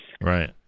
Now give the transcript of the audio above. right